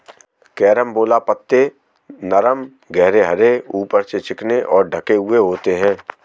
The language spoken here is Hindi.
कैरम्बोला पत्ते नरम गहरे हरे ऊपर से चिकने और ढके हुए होते हैं